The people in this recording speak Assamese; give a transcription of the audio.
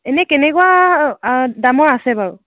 এনেই কেনেকুৱা অঁ দামৰ আছে বাৰু